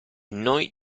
noi